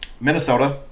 Minnesota